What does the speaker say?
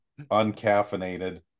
uncaffeinated